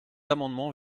amendement